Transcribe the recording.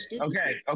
okay